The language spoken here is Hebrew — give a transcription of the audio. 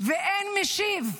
ואין משיב,